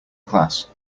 class